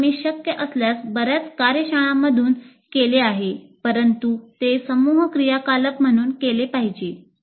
हे आम्ही शक्य असल्यास बर्याच कार्यशाळांमधून केले आहे परंतु ते समूह क्रियाकलाप म्हणून केले पाहिजे